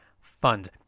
fund